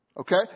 okay